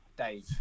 Dave